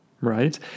Right